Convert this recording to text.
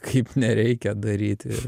kaip nereikia daryti